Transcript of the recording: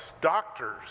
doctors